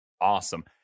awesome